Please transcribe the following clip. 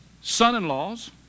son-in-laws